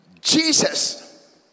Jesus